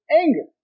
anger